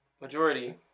majority